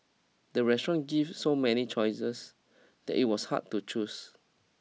the restaurant give so many choices that it was hard to choose